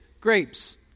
grapes